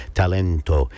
talento